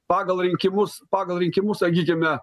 pagal rinkimus pagal rinkimus sakykime